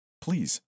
Please